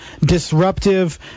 disruptive